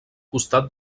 costat